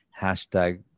hashtag